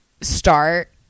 start